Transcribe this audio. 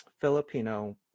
Filipino